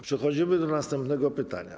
Przechodzimy do następnego pytania.